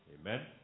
Amen